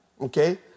okay